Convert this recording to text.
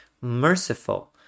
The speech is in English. merciful